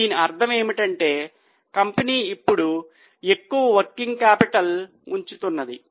దీని అర్థం ఏమిటంటే కంపెనీ ఇప్పుడు ఎక్కువ వర్కింగ్ క్యాపిటల్ ఉంచుతున్నది